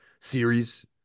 series